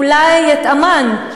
אולי את אמ"ן?